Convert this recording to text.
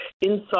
inside